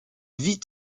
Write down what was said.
vit